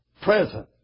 Present